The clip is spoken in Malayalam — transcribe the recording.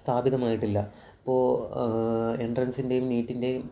സ്ഥാപിതമായിട്ടില്ല അപ്പോള് എൻട്രൻസിൻ്റെയും നീറ്റിൻ്റെയും